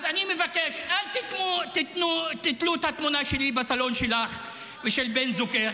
אז אני מבקש: אל תיתלו את התמונה שלי בסלון שלך ושל בן זוגך,